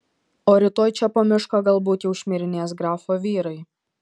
o rytoj čia po mišką galbūt jau šmirinės grafo vyrai